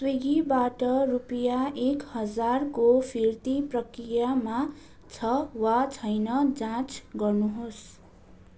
स्विगीबाट रुपियाँ एक हजारको फिर्ती प्रक्रियामा छ वा छैन जाँच गर्नु होस्